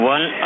One